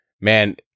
man